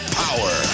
power